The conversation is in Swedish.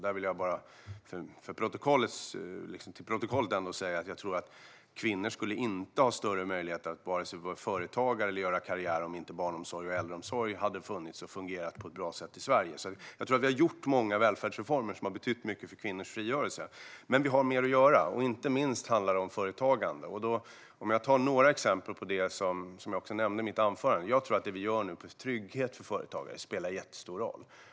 Jag vill för protokollet säga att jag inte tror att kvinnor skulle ha större möjligheter att vare sig vara företagare eller göra karriär om inte barnomsorg och äldreomsorg hade funnits och fungerat på ett bra sätt i Sverige. Jag tror att vi har genomfört många välfärdsreformer som har betytt mycket för kvinnors frigörelse. Men vi har mer att göra. Inte minst handlar det om företagande. Jag kan ta upp exempel på det som jag också nämnde i mitt anförande. Jag tror att det vi nu gör för att skapa trygghet för företagare spelar jättestor roll.